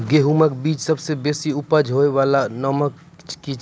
गेहूँमक बीज सबसे बेसी उपज होय वालाक नाम की छियै?